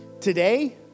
Today